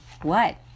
What